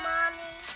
Mommy